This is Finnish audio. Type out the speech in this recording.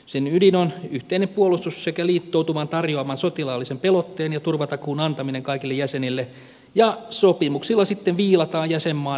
sen ydin on yhteinen puolustus sekä liittoutuman tarjoaman sotilaallisen pelotteen ja turvatakuun antaminen kaikille jäsenille ja sopimuksilla sitten viilataan jäsenmaan velvollisuudet tarkemmin